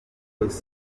dos